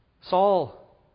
Saul